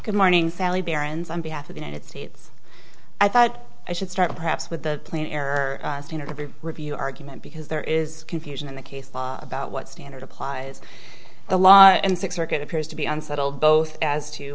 good morning sally baron's on behalf of the united states i thought i should start perhaps with the plan error of your review argument because there is confusion in the case about what standard applies the law and circuit appears to be unsettled both as to